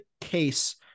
case